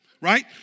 right